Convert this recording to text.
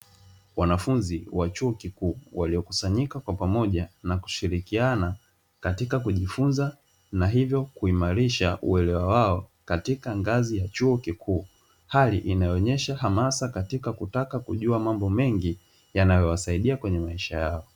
Wanafunzi wa chuo kikuu waliokusanyika kwa pamoja na kushirikiana katika kujifunza na hivyo kuimarisha uelewa wao katika ngazi ya chuo kikuu, hali inayoonyesha hamasa katika kutaka kujua mambo mengi yanayowasaidia kwenye maisha yao.